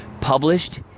published